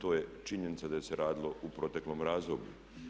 To je činjenica da se radilo u proteklom razdoblju.